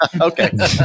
okay